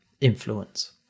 influence